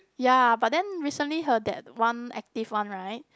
ya but then recently her that one active one right